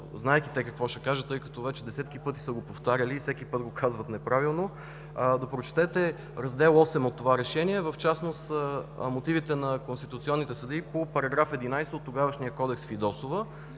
знаейки те какво ще кажат, тъй като вече десетки пъти са го повтаряли и всеки път го казват неправилно, да прочетете Раздел VІІІ от това решение, в частност мотивите на конституционните съдии по § 11 от тогавашния Кодекс „Фидосова”,